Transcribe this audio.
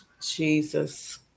Jesus